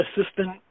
assistant